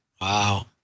Wow